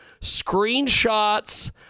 screenshots